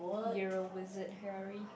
yea visit Herry